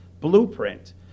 Blueprint